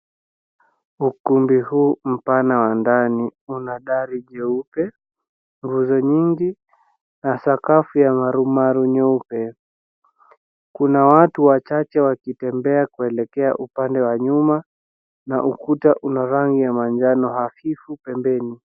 Ukumbi huu mpana wa ndani una dari jeupe nguzo nyingi, na sakafu ya marumaru nyeupe. Kuna watu wachache wakitembea kuelekea upande wa nyuma na ukuta una rangi ya manjano hafifu pembeni.